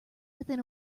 within